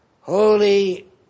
holy